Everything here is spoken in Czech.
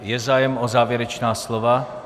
Je zájem o závěrečná slova?